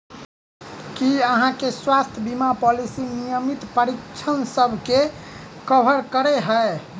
की अहाँ केँ स्वास्थ्य बीमा पॉलिसी नियमित परीक्षणसभ केँ कवर करे है?